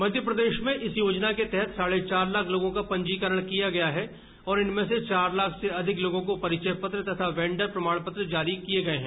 मध्य प्रदेश में इस योजना के तहत साढे चार लाख लोगों का पंजीकरण किया गया है और इनमें से चार लाख से अधिक लोगों को परिचय पत्र तथा वेंडर प्रमाण पत्र जारी किये गये हैं